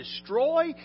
destroy